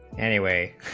anyway